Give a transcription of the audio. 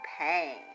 pain